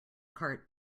cart